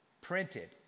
Printed